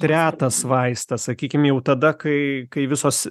retas vaistas sakykim jau tada kai kai visos